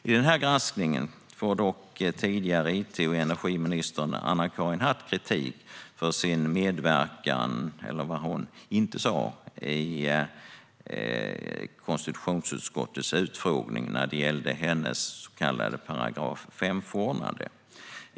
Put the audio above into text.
I denna granskning får dock tidigare it och energiministern, Anna-Karin Hatt, kritik för det hon inte sa i konstitutionsutskottets utfrågning när det gällde hennes så kallade § 5-förordnande.